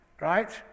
Right